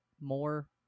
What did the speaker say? more